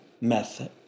method